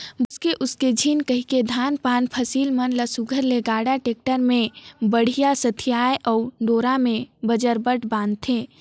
भोसके उसके झिन कहिके धान पान फसिल मन ल सुग्घर ले गाड़ा, टेक्टर मन मे बड़िहा सथियाथे अउ डोरा मे बजरबट बांधथे